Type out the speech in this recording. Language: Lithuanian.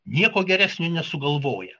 nieko geresnio nesugalvoja